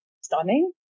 stunning